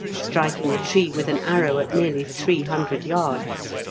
striking a tree with an arrow at nearly three hundred yards.